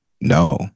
no